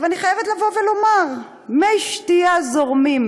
אני חייבת לומר, מי שתיה זורמים